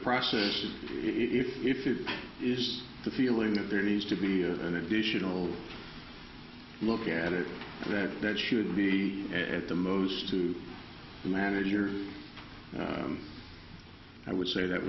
process if if it is the feeling that there needs to be an additional look at it that that should be at the most to the managers i would say that